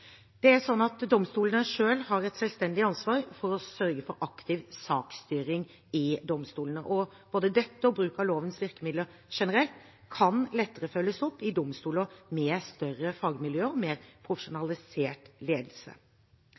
Domstolene har et selvstendig ansvar for å sørge for aktiv saksstyring i domstolene, og både dette og bruk av lovens virkemidler generelt kan lettere følges opp i domstoler med større fagmiljøer og mer profesjonalisert ledelse.